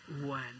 one